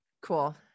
Cool